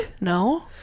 no